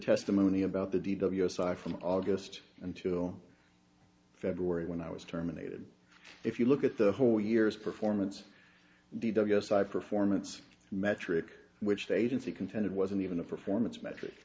testimony about the deed of yes i from august until february when i was terminated if you look at the whole year's performance guess i performance metric which the agency contended wasn't even a performance metric